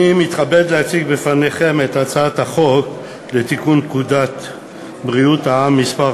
אני מתכבד להציג בפניכם את הצעת החוק לתיקון פקודת בריאות העם (מס'